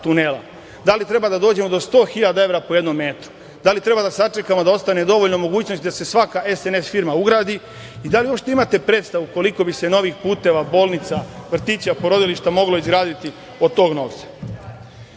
Da li treba da dođemo do 100 hiljada evra po jednom metru? Da li treba da sačekamo da ostane dovoljno mogućnosti da se svaka SNS firma ugradi i da li uopšte imate predstavu koliko bi se novih puteva, bolnica, vrtića, porodilišta moglo izgraditi od tog novca? Da